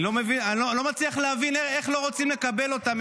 אני לא מצליח להבין איך לא רוצים לקבל אותם,